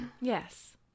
Yes